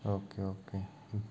okay okay ಹ್ಞೂ